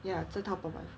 ya 在 taobao buy